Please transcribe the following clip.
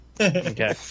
Okay